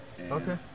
Okay